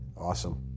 Awesome